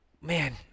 man